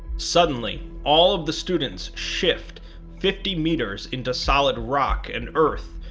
suddenly, all of the students shift fifty meters into solid rock and earth,